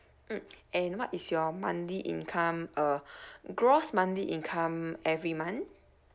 mm and what is your monthly income uh gross monthly income every month